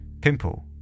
Pimple